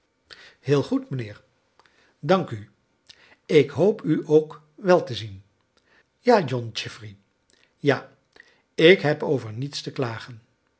heel goed mijnheer dank u ik hoop u ook wel te zien ja john chi very ja ik heb over niets te klagen